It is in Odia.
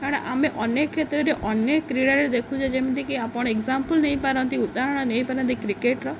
କାରଣ ଆମେ ଅନେକ କ୍ଷେତ୍ରରେ ଅନେକ କ୍ରୀଡ଼ାରେ ଦେଖୁଛେ ଯେମିତିକି ଆପଣ ଏଗ୍ଜାମ୍ପଲ୍ ନେଇ ପାରନ୍ତି ଉଦାହରଣ ନେଇ ପାରନ୍ତି କ୍ରିକେଟ୍ର